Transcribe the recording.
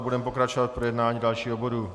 Budeme pokračovat v projednání dalšího bodu.